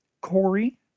Corey